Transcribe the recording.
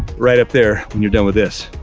right up there when you're done with this.